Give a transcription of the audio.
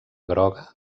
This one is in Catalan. groga